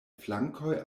flankoj